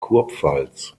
kurpfalz